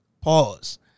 Pause